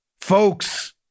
Folks